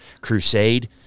crusade